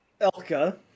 Elka